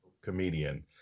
comedian